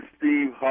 Steve